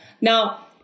Now